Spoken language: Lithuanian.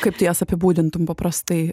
kaip tu juos apibūdintum paprastai